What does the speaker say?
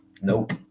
Nope